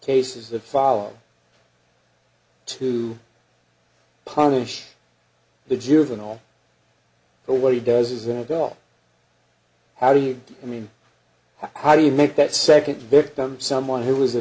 cases of follow to punish the juvenile but what he does is an adult how do you i mean how do you make that second victim someone who was a